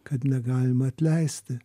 kad negalima atleisti